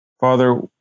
Father